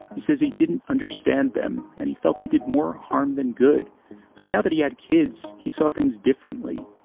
he says he didn't understand them and he felt they did more harm than good but now that he had kids, he saw things differently.